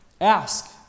Ask